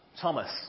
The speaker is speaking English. Thomas